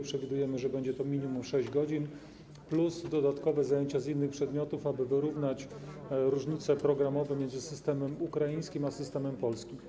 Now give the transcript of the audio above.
Przewidujemy, że będzie to minimum 6 godzin plus dodatkowe zajęcia z innych przedmiotów, aby wyrównać różnice programowe między systemem ukraińskim a systemem polskim.